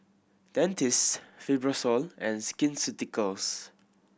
Dentiste Fibrosol and Skin Ceuticals